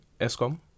ESCOM